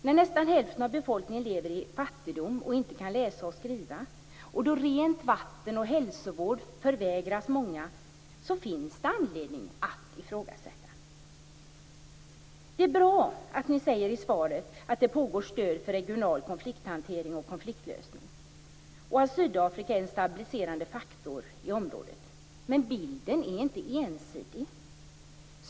När nästan hälften av befolkningen lever i fattigdom och inte kan läsa och skriva och då rent vatten och hälsovård förvägras många finns det anledning till ifrågasättande. Det är bra att det i svaret framhålls att det pågår insatser till stöd för regional konflikthantering och konfliktlösning och att Sydafrika är en stabiliserande faktor i området, men bilden är inte entydig.